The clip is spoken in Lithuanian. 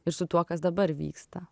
ir su tuo kas dabar vyksta